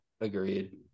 Agreed